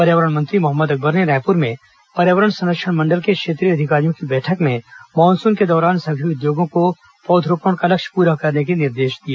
पर्यावरण मंत्री मोहम्मद अकबर ने रायपुर में पर्यावरण संरक्षण मंडल के क्षेत्रीय अधिकारियों की बैठक में मानसून के दौरान सभी उद्योगों को पौधरोपण का लक्ष्य पूरा करने के निर्देश दिए